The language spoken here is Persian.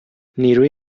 نیروی